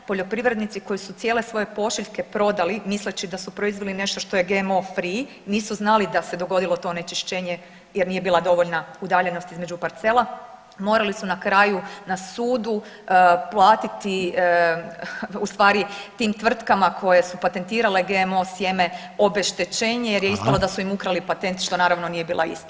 Poljoprivrednici koji su cijele svoje pošiljke prodali misleći da su proizveli nešto što je GMO free nisu znali da se dogodilo to onečišćenje jer nije bila dovoljna udaljenost između parcela, morali su na kraju na sudu platiti u stvari tim tvrtkama koje su patentirale GMO sjeme obeštećenje jer je ispalo da su im ukrali patent što naravno nije bila istina.